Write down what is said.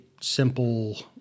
simple –